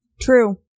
True